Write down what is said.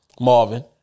Marvin